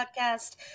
podcast